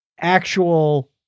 actual